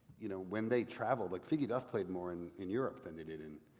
you know when they traveled. like figgy duff played more in in europe than they did in.